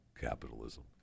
capitalism